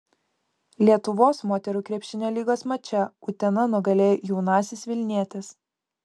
lietuvos moterų krepšinio lygos mače utena nugalėjo jaunąsias vilnietes